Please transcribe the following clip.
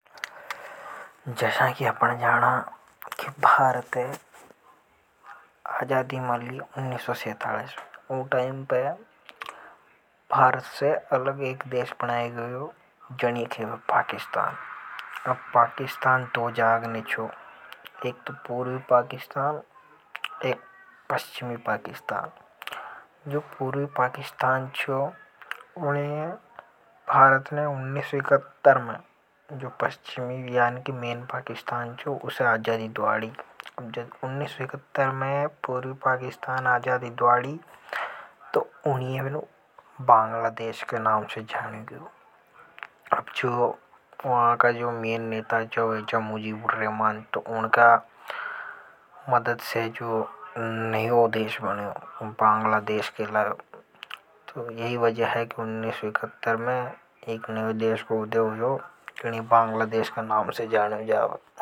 जसा की अपन जाना की भारत है आजादी मली उन्नीस सौ सैंतालिस में उन टाइम पे भारत से अलग एक देश बनाये गयो। जानिए ख़ेवे पाकिस्तान अब पाकिस्तान दो जाग ने छो एक पूर्वी पाकिस्तान एक पश्चिमी पास्कितान जो पूर्वी पाकिस्तान जो ऊनी ये भारत ने उन्नीस सौ इकहत्तर में जो पश्चिमी यानी कि मैन पाकिस्तान छो। उसे आजादी द्वाड़ी जद उन्नीस सौ इकहत्तर में पूर्वी पाकिस्तान है। आजादी द्वादी तो ऊनी ये बांग्लादेश के नाव से जानियों गयो अब जो वहा का मैंन नेता चा वो था। उनकी मदद से जो नयौ देश बनियों। ऊ बांग्लादेश कहलाए तो या ही वजह है की उन्नीस सौ इकहत्तर में एक नया देश को उदय होया जिनी ये बांग्लादेश के नाम से जानियों जावे।